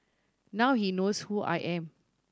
now he knows who I am